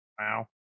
wow